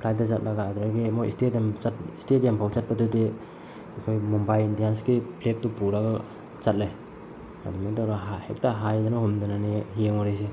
ꯐ꯭ꯂꯥꯏꯠꯇ ꯆꯠꯂꯒ ꯑꯗꯨꯗꯒꯤ ꯃꯣꯏ ꯏꯁꯇꯦꯗꯤꯌꯝ ꯏꯁꯇꯦꯗꯤꯌꯝ ꯐꯥꯎ ꯆꯠꯄꯗꯗꯤ ꯑꯩꯈꯣꯏ ꯃꯨꯝꯕꯥꯏ ꯏꯟꯗꯤꯌꯟꯁꯀꯤ ꯐ꯭ꯂꯦꯛꯇꯨ ꯄꯨꯔꯒ ꯆꯠꯂꯦ ꯑꯗꯨꯃꯥꯏꯅ ꯇꯧꯔꯒ ꯍꯦꯛꯇ ꯍꯥꯏꯗꯅ ꯍꯨꯝꯗꯅꯅꯤ ꯌꯦꯡꯉꯨꯔꯤꯁꯤ